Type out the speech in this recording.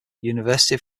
university